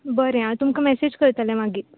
बरें हांव तुमकां मॅसेज करतलें मागीर